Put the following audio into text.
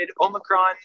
Omicron